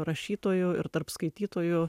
rašytojų ir tarp skaitytojų